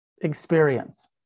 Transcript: experience